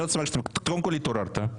קודם כל התעוררת,